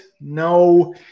no